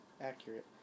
accurate